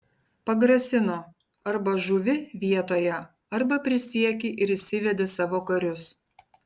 pagrasino arba žūvi vietoje arba prisieki ir išsivedi savo karius